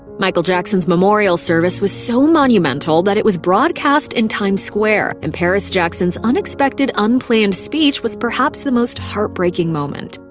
michael jackson's memorial service was so monumental that it was broadcast in times square, and paris jackson's unexpected, unplanned speech was perhaps the most heart-breaking moment.